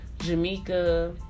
Jamaica